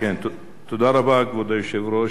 תודה רבה, כבוד היושב-ראש.